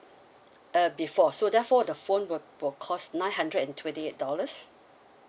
uh before so therefore the phone will will cost nine hundred and twenty eight dollars